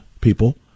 people